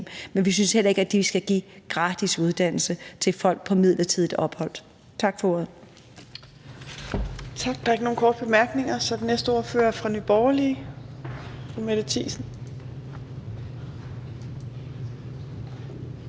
men vi synes heller ikke, at vi skal give gratis uddannelse til folk på midlertidigt ophold. Tak for ordet.